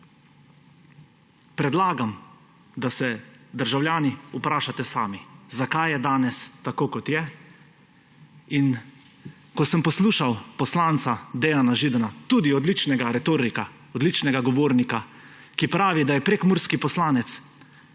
Predlagam, da se državljani vprašate sami, zakaj je danes tako, kot je. In ko sem poslušal poslanca Dejana Židana, tudi odličnega retorika, odličnega govornika, ki pravi, da je prekmurski poslanec.